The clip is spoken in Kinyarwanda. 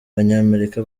banyamerika